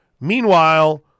Meanwhile